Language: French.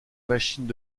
machines